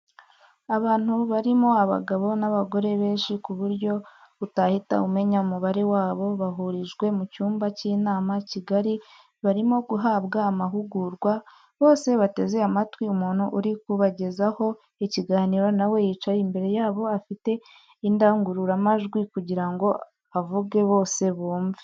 Abantu barimo abagabo n'abagore benshi ku buryo utahita umenya umubare wabo, bahurijwe mu cyumba cy'inama kigari barimo guhabwa amahugurwa, bose bateze amatwi umuntu uri kubagezaho ikiganiro nawe yicaye imbere yabo afite indangururamajwi kugirango avuge bose bumve.